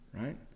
Right